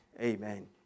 Amen